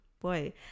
boy